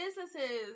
businesses